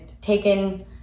taken